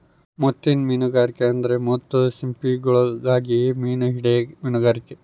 ಮುತ್ತಿನ್ ಮೀನುಗಾರಿಕೆ ಅಂದ್ರ ಮುತ್ತು ಸಿಂಪಿಗುಳುಗಾಗಿ ಮೀನು ಹಿಡೇ ಮೀನುಗಾರಿಕೆ